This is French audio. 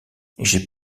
j’ai